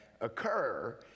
occur